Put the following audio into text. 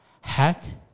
hat